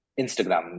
Instagram